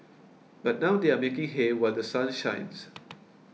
but now they are making hay while The Sun shines